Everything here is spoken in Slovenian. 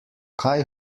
kaj